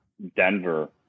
Denver